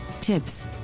Tips